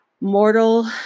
mortal